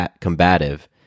combative